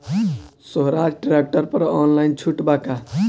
सोहराज tractor पर online छूट बा का?